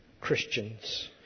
Christians